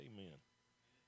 Amen